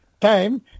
time